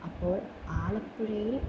അപ്പോൾ ആലപ്പുഴയിൽ